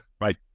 right